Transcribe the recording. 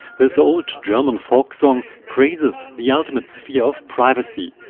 this old german folk song praises the ultimate sphere of privacy.